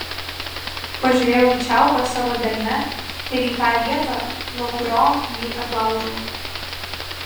pažiūrėjau į čiaupą savo delne ir į tą vietą nuo kurio jį atlaužiau